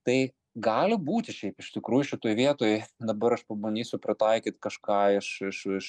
tai gali būti šiaip iš tikrųjų šitoj vietoj dabar aš pabandysiu pritaikyt kažką iš iš iš